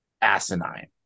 asinine